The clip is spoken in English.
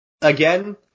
Again